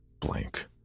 Blank